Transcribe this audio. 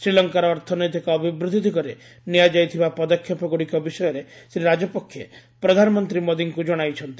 ଶ୍ରୀଲଙ୍କାର ଅର୍ଥନୈତିକ ଅଭିବୃଦ୍ଧି ଦିଗରେ ନିଆଯାଇଥିବା ପଦକ୍ଷେପଗୁଡ଼ିକ ବିଷୟରେ ଶ୍ରୀ ରାଜପକ୍ଷେ ପ୍ରଧାନମନ୍ତ୍ରୀ ମୋଦୀଙ୍କୁ ଜଣାଇଛନ୍ତି